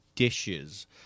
Dishes